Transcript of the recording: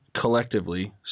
collectively